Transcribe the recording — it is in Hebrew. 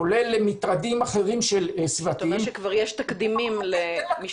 כולל מטרדים סביבתיים אחרים --- אתה אומר שיש כבר תקדימים משפטיים.